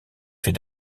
fait